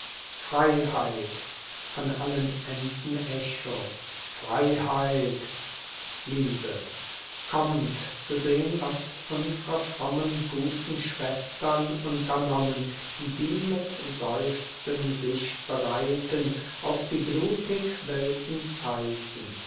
freiheit von allen enden echo freiheit liebe kommt zu sehn was unsre frommen guten schwestern unternommen die mit seufzen sich bereiten auf die blutig wilden zeiten